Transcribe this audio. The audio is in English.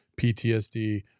PTSD